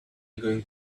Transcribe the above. going